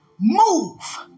move